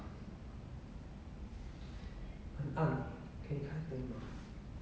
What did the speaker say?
um